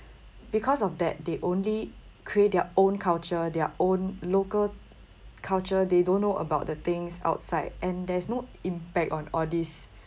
because of that they only create their own culture their own local culture they don't know about the things outside and there's no impact on all these